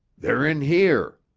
they're in here.